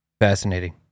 Fascinating